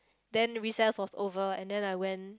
then recess was over and then I went